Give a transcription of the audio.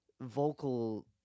vocal